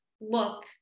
look